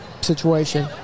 situation